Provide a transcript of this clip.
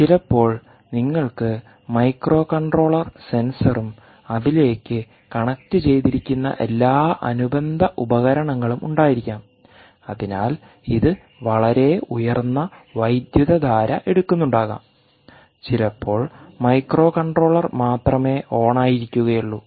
ചിലപ്പോൾ നിങ്ങൾക്ക് മൈക്രോകൺട്രോളർ സെൻസറും അതിലേക്ക് കണക്റ്റുചെയ്തിരിക്കുന്ന എല്ലാ അനുബന്ധ ഉപകരണങ്ങളും ഉണ്ടായിരിക്കാം അതിനാൽ ഇത് വളരെ ഉയർന്ന വൈദ്യുതധാര എടുക്കുന്നുണ്ടാകാം ചിലപ്പോൾ മൈക്രോകൺട്രോളർ മാത്രമേ ഓൺ ആയിരിക്കുകയുളളൂ